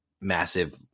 massive